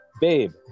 babe